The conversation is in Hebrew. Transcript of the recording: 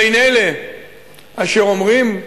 בין אלה אשר אומרים,